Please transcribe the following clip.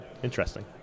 Interesting